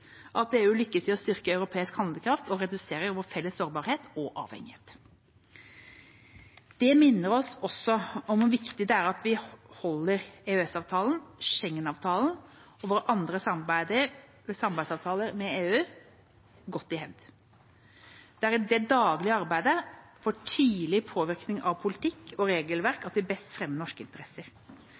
at EU lykkes i å styrke europeisk handlekraft og redusere vår felles sårbarhet og avhengighet. Det minner oss også om hvor viktig det er at vi holder EØS-avtalen, Schengen-avtalen og våre andre samarbeidsavtaler med EU godt i hevd. Det er i det daglige arbeidet for tidlig påvirkning av politikk og regelverk vi best fremmer norske interesser.